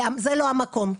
זה לא המקום.